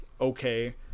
okay